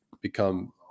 become